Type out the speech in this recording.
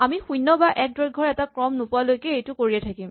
আমি শূণ্য বা এক দৈৰ্ঘৰ এটা ক্ৰম নোপোৱালৈকে এইটো কৰিয়েই থাকিম